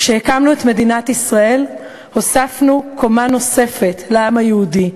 כשהקמנו את מדינת ישראל הוספנו קומה נוספת לעם היהודי,